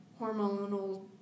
hormonal